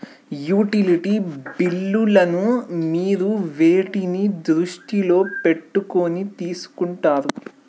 Utility బిల్లులను మీరు వేటిని దృష్టిలో పెట్టుకొని తీసుకుంటారు?